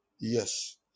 Yes